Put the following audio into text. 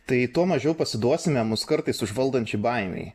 tai tuo mažiau pasiduosime mus kartais užvaldančiai baimei